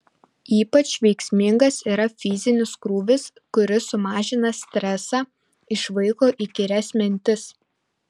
ypač veiksmingas yra fizinis krūvis kuris sumažina stresą išvaiko įkyrias mintis